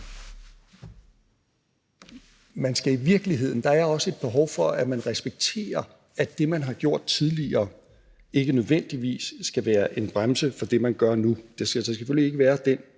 noget problem. Der er også et behov for, at det bliver respekteret, at det, man har gjort tidligere, ikke nødvendigvis skal være en bremse for det, man gør nu. Der skal selvfølgelig ikke være den